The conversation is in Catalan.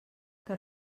que